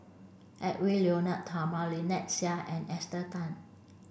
Edwy Lyonet Talma Lynnette Seah and Esther Tan